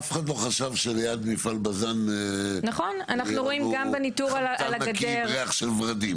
אף אחד לא חשב שליד מפעל בזן יהיה לנו ריח של ורדים.